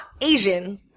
Asian